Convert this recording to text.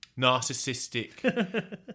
narcissistic